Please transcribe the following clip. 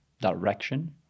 direction